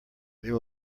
there